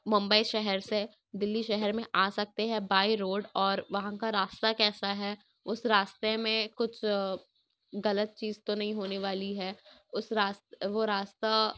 ممبئی شہر سے دلی شہر میں آ سکتے ہیں بائی روڈ اور وہاں کا راستہ کیسا ہے اس راستے میں کچھ غلط چیز تو نہیں ہونے والی ہے اس راست وہ راستہ